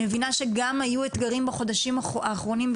אני מבינה שגם היו אתגרים בחודשים האחרונים,